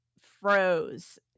froze